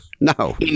No